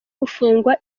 gufungwa